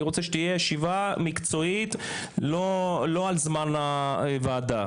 אני רוצה שתהיה ישיבה מקצועית לא על חשבון זמן הוועדה,